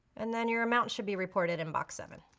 and then your amount should be reported in box seven.